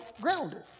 grounded